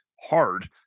hard